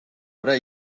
არა